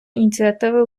ініціативи